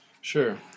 Sure